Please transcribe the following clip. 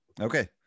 Okay